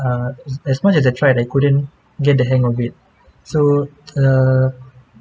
err as as much as I tried I couldn't get the hang of it so err